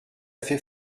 fait